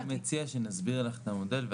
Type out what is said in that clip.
אני מציע שנסביר לך את המודל.